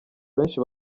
benshi